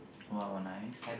!wow! nice